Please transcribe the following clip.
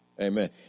Amen